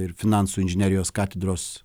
ir finansų inžinerijos katedros